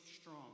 strong